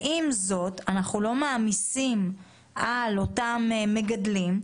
עם זאת, אנחנו לא מעמיסים על אותם מגדלים.